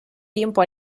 tiempo